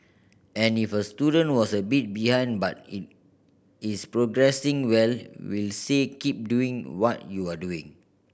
and if a student was a bit behind but it is progressing well we'll say keep doing what you're doing